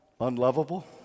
unlovable